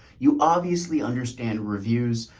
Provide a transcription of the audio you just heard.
you obviously understand reviews.